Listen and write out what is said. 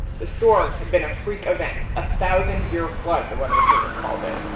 the storm had been a freak event, a thousand-year flood, the weather service called it.